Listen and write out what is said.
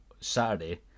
Saturday